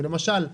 למשל,